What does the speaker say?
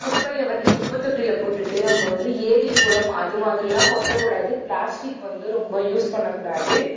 குப்பையை வந்து குப்பத் தொட்டியில போட்டுட்டு நம்ம வந்து ஏரி குளம் அதுமாதிரிலாம் கொட்டக்கூடாது ப்ளாஸ்டிக் வந்து ரொம்ப யூஸ் பண்ணக்கூடாது